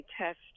test